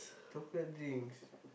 chocolate drinks